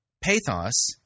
pathos